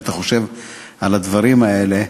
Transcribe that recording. כשאתה חושב על הדברים האלה,